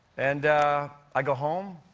and i go home.